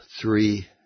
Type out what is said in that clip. three